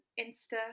Insta